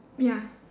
ya